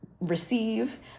receive